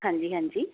ਹਾਂਜੀ ਹਾਂਜੀ